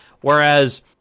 Whereas